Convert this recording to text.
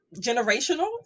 generational